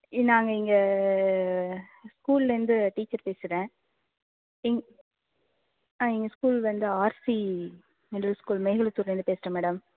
நாங்கள் இங்கே ஸ்கூல்லேருந்து டீச்சர் பேசுகிறேன் எங்க ஆ எங்கள் ஸ்கூல் வந்து ஆர்சி மிடில் ஸ்கூல் மேல்வளத்தூர்லேருந்து பேசுகிறேன் மேடம்